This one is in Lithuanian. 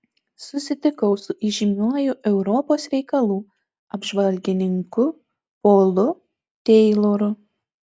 susitikau su įžymiuoju europos reikalų apžvalgininku polu teiloru